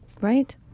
right